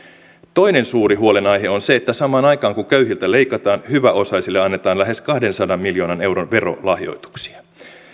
toinen suuri huolenaihe on se että samaan aikaan kun köyhiltä leikataan hyväosaisille annetaan lähes kahdensadan miljoonan euron verolahjoituksia